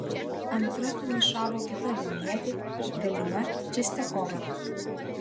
antra finišavo kita vilnietė regina čistiakova